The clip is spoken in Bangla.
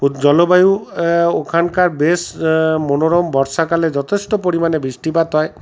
ও জলবায়ু ওখানকার বেশ মনোরম বর্ষাকালে যথেষ্ট পরিমাণে বৃষ্টিপাত হয়